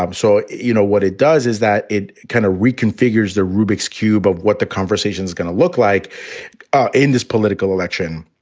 um so, you know, what it does is that it kind of reconfigures the rubik's cube of what the conversation is going to look like in this political election.